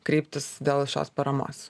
kreiptis dėl šios paramos